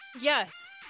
Yes